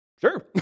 sure